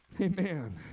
Amen